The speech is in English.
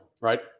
right